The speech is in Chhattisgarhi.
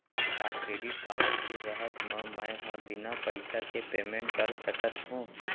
का क्रेडिट कारड के रहत म, मैं ह बिना पइसा के पेमेंट कर सकत हो?